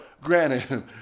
Granted